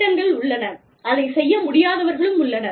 திட்டங்கள் உள்ளன அதைச் செய்ய முடியாதவர்களும் உள்ளனர்